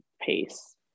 pace